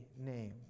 name